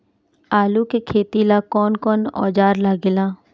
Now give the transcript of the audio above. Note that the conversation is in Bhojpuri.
आलू के खेती ला कौन कौन औजार लागे ला?